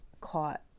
caught